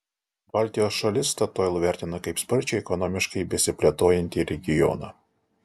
baltijos šalis statoil vertina kaip sparčiai ekonomiškai besiplėtojantį regioną